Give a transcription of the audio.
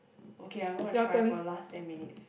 okay I'm gonna try for last ten minutes